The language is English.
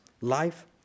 Life